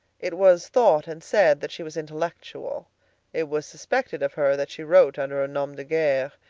it was thought and said that she was intellectual it was suspected of her that she wrote under a nom de guerre.